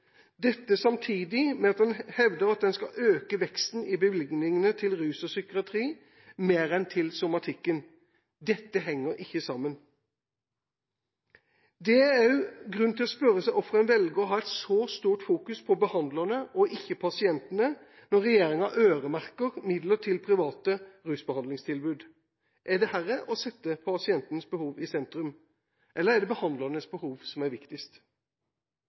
Samtidig hevder en at en skal øke veksten i bevilgningene til rus og psykiatri mer enn bevilgningene til somatikken. Dette henger ikke sammen. Det er også grunn til å spørre seg hvorfor en velger å ha et så stort fokus på behandlerne, og ikke pasientene, når regjeringa øremerker midler til private rusbehandlingstilbud. Er dette å sette pasientens behov i sentrum, eller er det behandlernes behov som er viktigst?